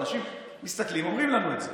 אנשים מסתכלים ואומרים לנו את זה: